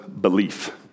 belief